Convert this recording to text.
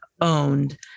owned